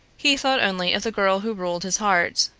he thought only of the girl who ruled his heart.